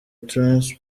trans